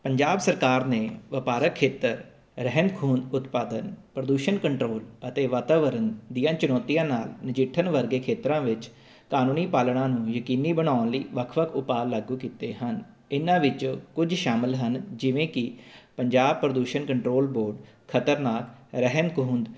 ਪੰਜਾਬ ਸਰਕਾਰ ਨੇ ਵਪਾਰਕ ਖੇਤਰ ਰਹਿੰਦ ਖੂਹੰਦ ਉਤਪਾਦਨ ਪ੍ਰਦੂਸ਼ਣ ਕੰਟਰੋਲ ਅਤੇ ਵਾਤਾਵਰਨ ਦੀਆਂ ਚਣੌਤੀਆਂ ਨਾਲ ਨਜਿਠਣ ਵਰਗੇ ਖੇਤਰਾਂ ਵਿੱਚ ਕਾਨੂੰਨੀ ਪਾਲਣਾ ਨੂੰ ਯਕੀਨੀ ਬਣਾਉਣ ਲਈ ਵੱਖ ਵੱਖ ਉਪਾਅ ਲਾਗੂ ਕੀਤੇ ਹਨ ਇਹਨਾਂ ਵਿੱਚ ਕੁਝ ਸ਼ਾਮਿਲ ਹਨ ਜਿਵੇਂ ਕਿ ਪੰਜਾਬ ਪ੍ਰਦੂਸ਼ਣ ਕੰਟਰੋਲ ਬੋਰਡ ਖ਼ਤਰਨਾਕ ਰਹਿੰਦ ਖੂਹੰਦ